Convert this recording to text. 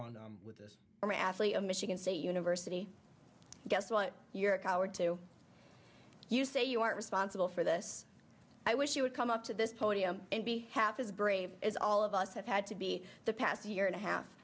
on with this are actually a michigan state university guess what you're a coward too you say you are responsible for this i wish you would come up to this podium and be half as brave as all of us have had to be the past year and a half